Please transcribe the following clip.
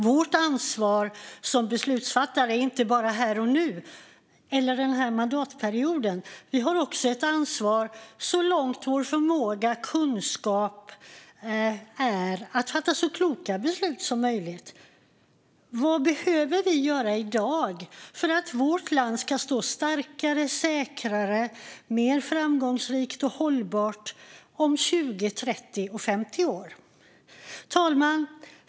Vårt ansvar som beslutsfattare är inte bara här och nu eller den här mandatperioden. Vi har också ett ansvar så långt vår förmåga och kunskap räcker att fatta så kloka beslut som möjligt. Vad behöver vi göra i dag för att vårt land ska stå starkare, säkrare och mer framgångsrikt och hållbart om 20, 30 och 50 år? Fru talman!